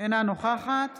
אינה נוכחת